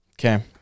Okay